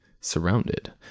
surrounded